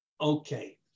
Okay